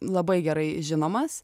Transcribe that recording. labai gerai žinomas